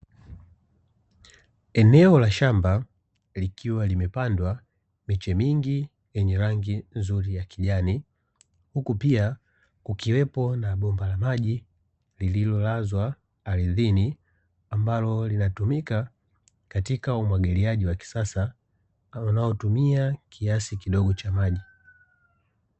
Eneo la shamba likiwa limepandwa miche mingi yenye rangi nzuri ya kijani, huku pia kukiwepo na bomba la maji lililolazwa ardhini ambalo linatumika katika umwagiliaji wa kisasa ama linalotumia kiasi kidogo cha maji.